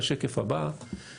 (שקף: צוות שוק שחור בתחום הפיננסי).